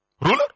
Ruler